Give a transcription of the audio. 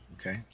Okay